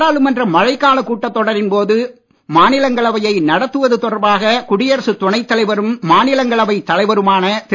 நாடாளுமன்ற மழைக்காலக் மாநிலங்களவையை நடத்துவது தொடர்பாக குடியரசுத் துணைத் தலைவரும் மாநிலங்களவைத் தலைவருமான திரு